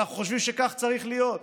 ואנחנו חושבים שכך צריך להיות.